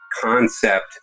concept